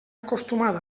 acostumat